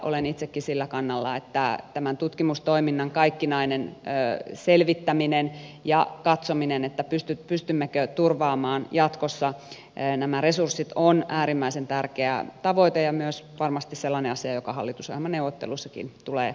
olen itsekin sillä kannalla että tämän tutkimustoiminnan kaikkinainen selvittäminen ja sen katsominen pystymmekö turvaamaan jatkossa nämä resurssit on äärimmäisen tärkeä tavoite ja myös varmasti sellainen asia joka hallitusohjelmaneuvotteluissakin tulee nostaa esille